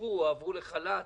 פוטרו או עברו לחל"ת